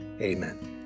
amen